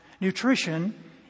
Nutrition